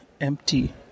empty